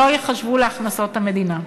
ולא ייחשבו להכנסות המדינה.